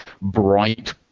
bright